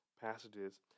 passages